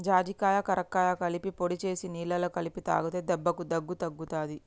జాజికాయ కరక్కాయ కలిపి పొడి చేసి నీళ్లల్ల కలిపి తాగితే దెబ్బకు దగ్గు తగ్గుతది